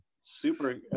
Super